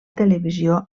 televisió